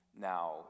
Now